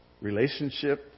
Relationship